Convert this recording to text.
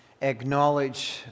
acknowledge